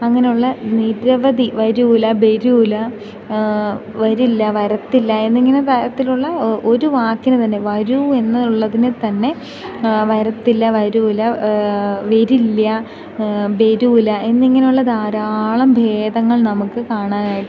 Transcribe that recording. അങ്ങനെയുള്ള നിരവധി വരൂല ബെരൂല വരില്ല വരത്തില്ല എന്നിങ്ങനെ തരത്തിലുള്ള ഒരു വാക്കിനെ തന്നെ വരൂ എന്നുള്ളതിന് തന്നെ വരത്തില്ല വരൂല വെരില്യ ബെരൂല എന്നിങ്ങനെയുള്ള ധാരാളം ഭേദങ്ങൾ നമുക്ക് കാണാനായിട്ട്